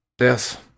Yes